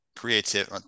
creative